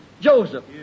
Joseph